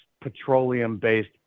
petroleum-based